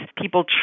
people